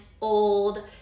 old